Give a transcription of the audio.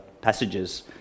passages